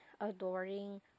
adoring